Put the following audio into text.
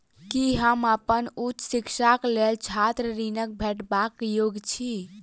की हम अप्पन उच्च शिक्षाक लेल छात्र ऋणक भेटबाक योग्य छी?